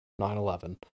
9-11